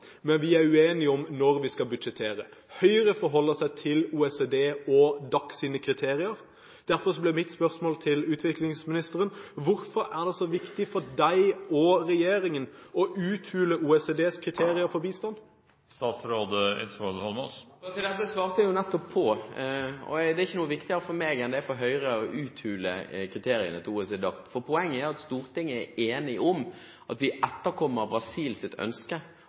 men vi er uenige om når vi skal budsjettere. Høyre forholder seg til OECD og DAC sine kriterier, og derfor blir mitt spørsmål til utviklingsministeren: Hvorfor er det så viktig for deg og regjeringen å uthule OECDs kriterier for bistand? Det svarte jeg jo nettopp på. Det er ikke noe viktigere for meg enn det er for Høyre å «uthule» kriteriene til OECD/DAC. Poenget er at Stortinget er enig om at vi etterkommer Brasils ønske